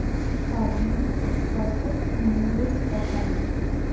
public ᱯᱚᱛᱚᱵ ᱢᱩᱨᱟᱹᱭ ᱚᱠᱟᱨᱮ